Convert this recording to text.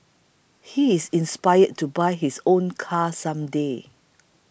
he is inspired to buy his own car some day